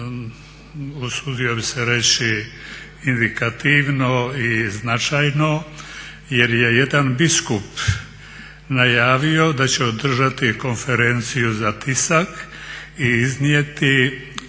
usudio bih se reći, indikativno i značajno jer je jedan biskup najavio da će održati konferenciju za tisak i iznijeti